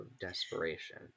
desperation